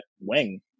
wing